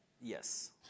yes